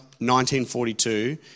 1942